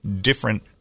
different